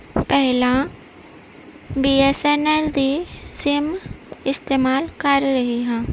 ਪਹਿਲਾਂ B S N L ਦੀ sim ਇਸਤੇਮਾਲ ਕਰ ਰਹੀ ਹਾਂ